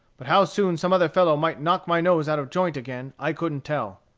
but how soon some other fellow might knock my nose out of joint again, i couldn't tell.